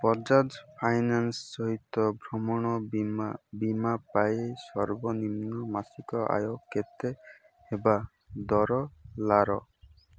Bajaj finance ସହିତ ଭ୍ରମଣ ବୀମା ବୀମା ପାଇଁ ସର୍ବନିମ୍ନ ମାସିକ ଆୟ କେତେ ହେବା ଦରକାର